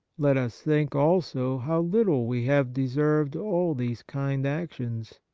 let us think also how little we have deserved all these kind actions,